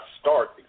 start